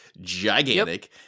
gigantic